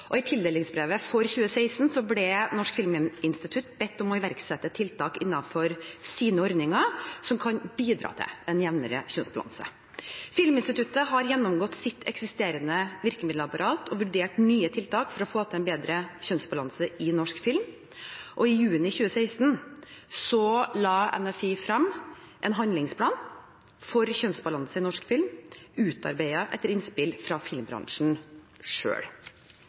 I tildelingsbrevet for 2016 ble Norsk filminstitutt bedt om å iverksette tiltak innenfor sine ordninger som kan bidra til en jevnere kjønnsbalanse. Filminstituttet har gjennomgått sitt eksisterende virkemiddelapparat og vurdert nye tiltak for å få en bedre kjønnsbalanse i norsk film. I juni 2016 la NFI frem en handlingsplan for kjønnsbalanse i norsk film, utarbeidet etter innspill fra filmbransjen